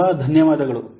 ತುಂಬ ಧನ್ಯವಾದಗಳು